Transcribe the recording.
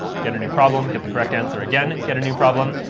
get a new problem, get the correct answer again, get a new problem.